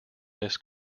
this